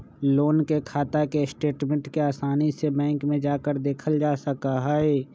loan के खाता के स्टेटमेन्ट के आसानी से बैंक में जाकर देखल जा सका हई